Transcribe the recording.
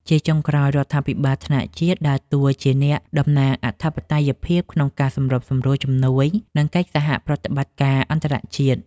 ជាចុងក្រោយ រដ្ឋាភិបាលថ្នាក់ជាតិដើរតួជាអ្នកតំណាងអធិបតេយ្យភាពក្នុងការសម្របសម្រួលជំនួយ និងកិច្ចសហប្រតិបត្តិការអន្តរជាតិ។